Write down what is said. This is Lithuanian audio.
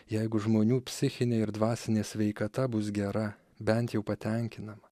jeigu žmonių psichinė ir dvasinė sveikata bus gera bent jau patenkinama